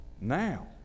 Now